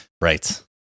Right